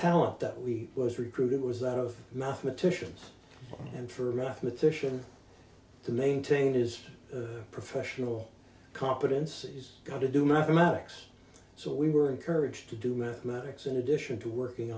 talent that we was recruited was that of mathematicians and for a mathematician to maintain his professional competence he's got to do mathematics so we were encouraged to do mathematics in addition to working